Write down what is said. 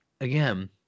again